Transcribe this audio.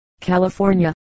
California